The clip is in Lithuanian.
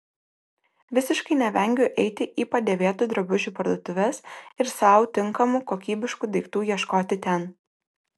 visiškai nevengiu eiti į padėvėtų drabužių parduotuves ir sau tinkamų kokybiškų daiktų ieškoti ten